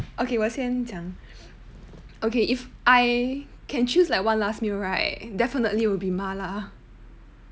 okay 我先讲 okay if I can choose like one last meal right definitely will be 麻辣